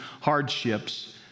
hardships